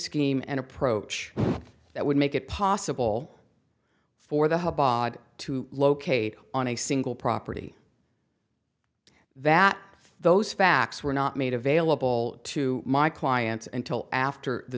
scheme an approach that would make it possible for the hub to locate on a single property that those facts were not made available to my clients and till after the